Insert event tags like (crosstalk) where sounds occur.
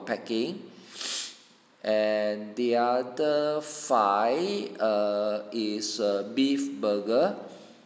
packing (breath) and the other five is beef burger